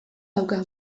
dauka